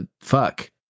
fuck